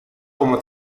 como